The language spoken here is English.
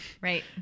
Right